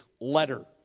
letter